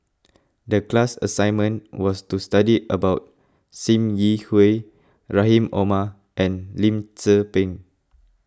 the class assignment was to study about Sim Yi Hui Rahim Omar and Lim Tze Peng